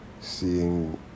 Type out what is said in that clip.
seeing